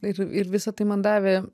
ir ir visa tai man davė